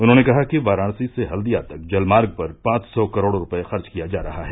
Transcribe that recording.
उन्होंने कहा कि वाराणसी से हल्दिया तक जलमार्ग पर पांच सौ करोड़ रूपये खर्च किया जा रहा है